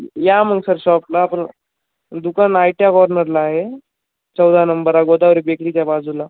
या मग सर शॉपला आपण दुकान आयट्या कॉर्नरला आहे चौदा नंबर आ गोदावरी बेकरीच्या बाजूला